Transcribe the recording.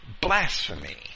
blasphemy